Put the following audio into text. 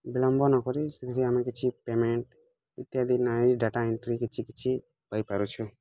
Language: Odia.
ବିଳମ୍ବ ନକରି ସେଥିରେ ଆମେ କିଛି ପେମେଣ୍ଟ୍ ଇତ୍ୟାଦି ନାଇଁ ଡାଟା ଏଣ୍ଟ୍ରି କିଛି କିଛି ପାଇ ପାରୁଛୁ